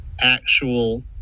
actual